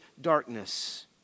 darkness